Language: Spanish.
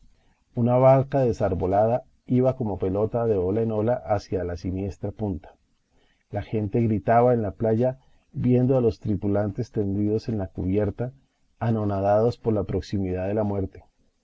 una barca desarbolada iba como pelota de ola en ola hacia la siniestra punta la gente gritaba en la playa viendo a los tripulantes tendidos en la cubierta anonadados por la proximidad de la muerte